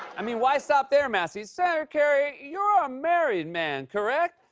i mean, why stop there, massie? senator kerry, you're a married man, correct?